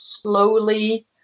slowly